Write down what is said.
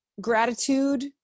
gratitude